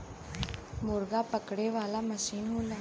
मुरगा पकड़े वाला मसीन होला